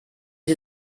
sie